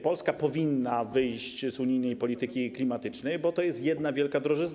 Polska powinna wyjść z unijnej polityki klimatycznej, bo to jest jedna wielka drożyzna.